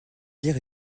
lire